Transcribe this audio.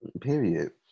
period